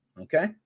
okay